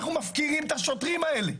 אנחנו מפקירים את השוטרים האלה.